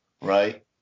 right